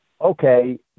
okay